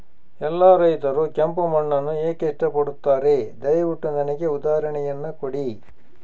ಎಲ್ಲಾ ರೈತರು ಕೆಂಪು ಮಣ್ಣನ್ನು ಏಕೆ ಇಷ್ಟಪಡುತ್ತಾರೆ ದಯವಿಟ್ಟು ನನಗೆ ಉದಾಹರಣೆಯನ್ನ ಕೊಡಿ?